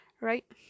Right